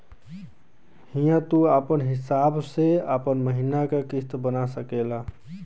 हिंया तू आपन हिसाब से आपन महीने का किस्त बना सकेल